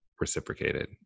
reciprocated